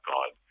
God